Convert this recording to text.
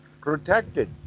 protected